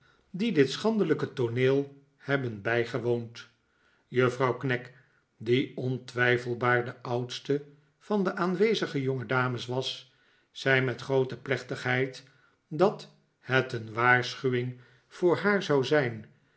die dit schandelijke tooneel hebben bijgewoond juffrouw knag die ontwijfelbaar de oudste van de aanwezige iongedames was zei met groote plechtigheid dat het een waarschuwing voor haar zou zijn